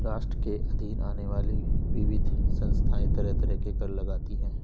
राष्ट्र के अधीन आने वाली विविध संस्थाएँ तरह तरह के कर लगातीं हैं